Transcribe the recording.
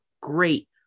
great